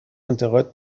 انتقاد